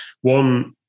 One